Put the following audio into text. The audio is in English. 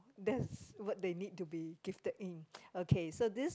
that's what they need to be gifted in okay so this